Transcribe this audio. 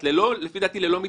לא להפריע.